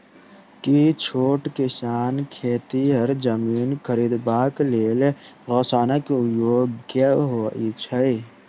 की छोट किसान खेतिहर जमीन खरिदबाक लेल ऋणक योग्य होइ छै?